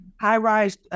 high-rise